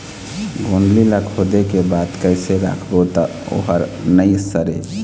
गोंदली ला खोदे के बाद कइसे राखबो त ओहर नई सरे?